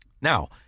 Now